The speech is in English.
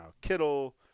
Kittle